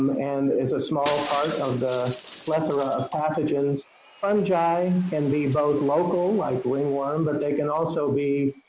um and is a small part of the plethora of pathogens fungi can be both local, like ringworm, but they can also be